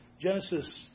Genesis